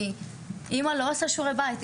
כי אמא לא עושה שיעורי בית,